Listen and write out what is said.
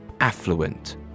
affluent